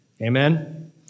Amen